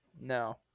No